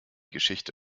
geschichte